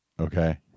Okay